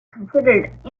considered